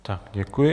Tak děkuji.